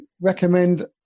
recommend